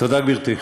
תודה, גברתי.